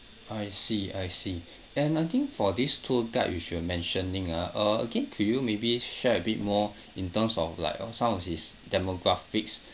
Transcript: I see I see and I think for this tour guide which you are mentioning ah uh again could you maybe share a bit more in terms of like uh some of his demographics